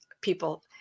people